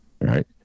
right